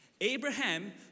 Abraham